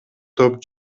топ